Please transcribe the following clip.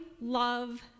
love